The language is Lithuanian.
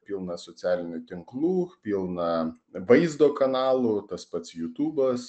pilna socialinių tinklų pilna vaizdo kanalų tas pats jutubas